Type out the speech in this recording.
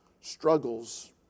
struggles